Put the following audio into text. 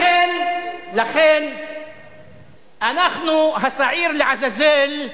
לכן אנחנו השעיר לעזאזל,